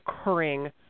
occurring